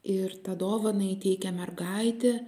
ir tą dovaną įteikia mergaitė